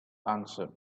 answered